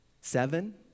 Seven